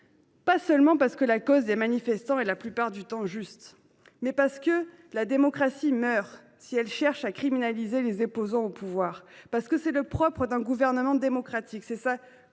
non seulement parce que la cause des manifestants est juste, mais aussi parce que la démocratie meurt si elle cherche à criminaliser les opposants au pouvoir. C’est le propre d’un gouvernement démocratique,